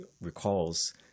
recalls